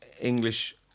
English